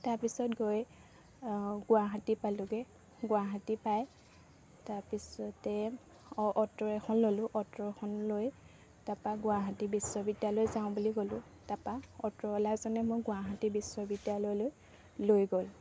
তাৰপিছত গৈ গুৱাহাটী পালোঁগৈ গুৱাহাটী পায় তাৰপিছতে অ'টো এখন ল'লোঁ অ'টো এখন লৈ তাপা গুৱাহাটী বিশ্ববিদ্যালয় যাওঁ বুলি ক'লোঁ তাপা অ'টোৱালাজনে মই গুৱাহাটী বিশ্ববিদ্যালয়লৈ লৈ গ'ল